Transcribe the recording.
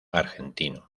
argentino